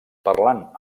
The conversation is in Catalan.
parlant